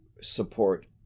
support